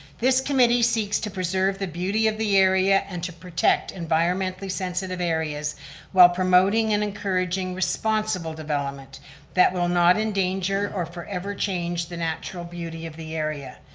this committee seeks to preserve the beauty of the area and to protect environmentally sensitive areas while promoting and encouraging responsible development that will not endanger or forever change the natural beauty of the area.